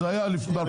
זה היה ב-2015.